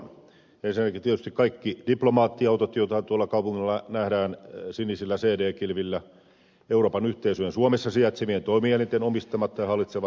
ensinnäkin ovat tietysti kaikki diplomaattiautot joita tuolla kaupungilla nähdään sinisillä cd kilvillä euroopan yhteisöjen suomessa sijaitse vien toimielinten omistamat tai hallitsemat ajoneuvot